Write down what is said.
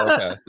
Okay